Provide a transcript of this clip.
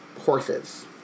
Horses